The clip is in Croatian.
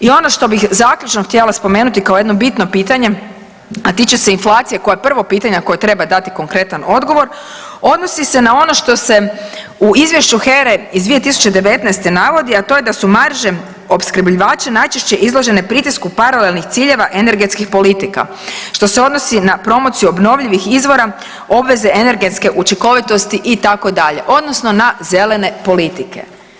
I ono što bih zaključno htjela spomenuti kao jedno bitno pitanje, a tiče se inflacije koja je prvo pitanja, a koje treba dati konkretan odgovor odnosi se na ono što se u izvješću HERE iz 2019. navodi, a to je da su marže opskrbljivača najčešće izložene pritisku paralelnih ciljeva energetskih politika što se odnosi na promociju obnovljivih izvora, obveze energetske učinkovitosti itd. odnosno na zelene politike.